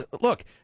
look